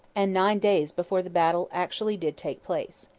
and nine days before the battle actually did take place.